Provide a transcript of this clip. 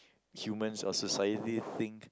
humans or society think